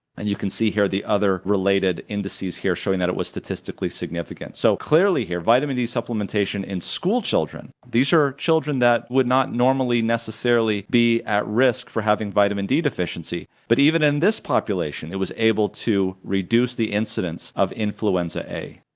and you can see here the other related indices here showing that it was statistically significant. so clearly here vitamin d supplementation in school children these are children that would not normally necessarily be at risk for having vitamin d deficiency but even in this population it was able to reduce the incidence of influenza a.